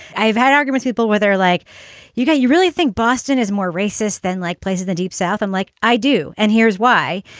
i've had argument people were there like you guys. you really think boston is more racist than, like places the deep south and like i do. and here's why.